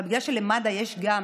אבל בגלל שלמד"א יש גם